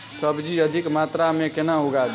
सब्जी अधिक मात्रा मे केना उगाबी?